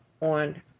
on